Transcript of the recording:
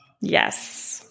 Yes